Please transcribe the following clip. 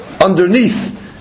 underneath